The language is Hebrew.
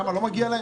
שם זה לא מגיע להם?